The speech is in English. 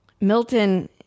Milton